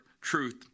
truth